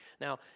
Now